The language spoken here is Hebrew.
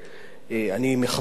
אני מכבד אותו מאוד,